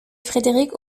frédéric